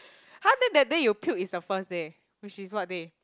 how then that day you puke is the first day which is what day